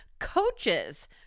coaches